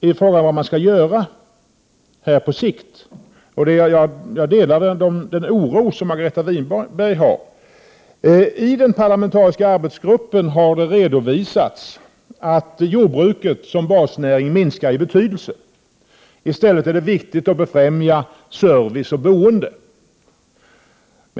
I fråga om vad man skall göra på sikt delar jag Margareta Winbergs oro. I den parlamentariska arbetsgruppen har det redovisats att jordbruket som basnäring minskar i betydelse, och man har sagt att det i stället är viktigt att befrämja service och boende.